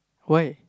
why